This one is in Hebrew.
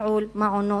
ולתפעול של מעונות.